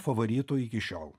favoritu iki šiol